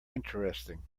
interesting